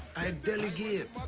i delegate.